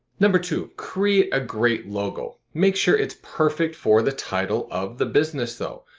number two, create a great logo. make sure it's perfect for the title of the business though.